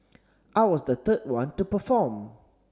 I was the the one to perform